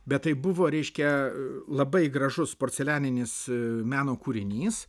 bet tai buvo reiškia labai gražus porcelianinis meno kūrinys